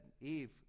Eve